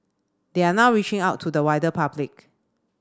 they are now reaching out to the wider public